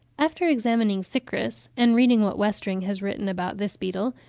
after examining cychrus, and reading what westring has written about this beetle,